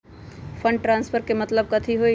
Fund transfer के मतलब कथी होई?